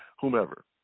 whomever